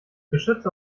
beschütze